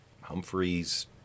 Humphrey's